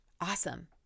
Awesome